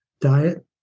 diet